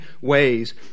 ways